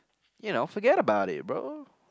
you know forget about it bro